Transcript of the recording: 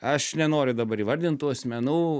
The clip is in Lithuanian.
aš nenoriu dabar įvardint tų asmenų